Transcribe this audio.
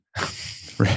Right